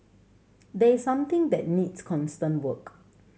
this is something that needs constant work